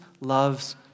loves